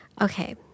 Okay